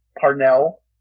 Parnell